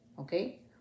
okay